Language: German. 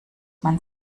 man